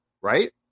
right